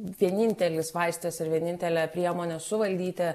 vienintelis vaistas ir vienintelė priemonė suvaldyti